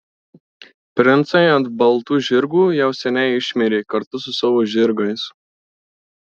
princai ant baltų žirgų jau seniai išmirė kartu su savo žirgais